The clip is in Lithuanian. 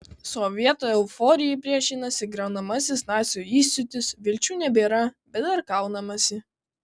sovietų euforijai priešinasi griaunamasis nacių įsiūtis vilčių nebėra bet dar kaunamasi